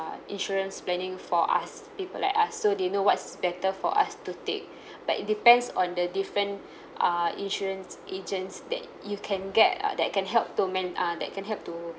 uh insurance planning for us people like us so they know what's better for us to take but it depends on the different err insurance agents that you can get uh that can help to man uh that can help to